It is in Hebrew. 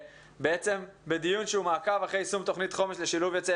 הדיון היום הוא מעקב אחר יישום תכנית חומש לשילוב יוצאי